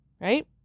right